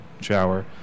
shower